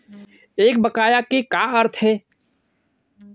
एक बकाया के का अर्थ हे?